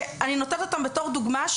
שאני מביאה בתור דוגמה,